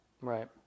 Right